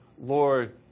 Lord